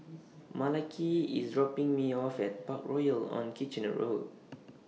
Malaki IS dropping Me off At Parkroyal on Kitchener Road